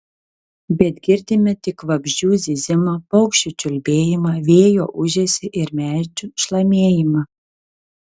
bet girdime tik vabzdžių zyzimą paukščių čiulbėjimą vėjo ūžesį ir medžių šlamėjimą